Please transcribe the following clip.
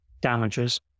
damages